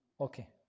Okay